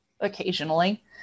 occasionally